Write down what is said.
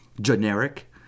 generic